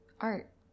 art